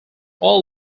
all